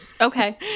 Okay